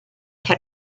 had